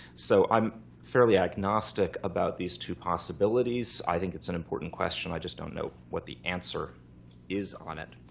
so i'm fairly agnostic about these two possibilities. i think it's an important question. i just don't know what the answer is on it.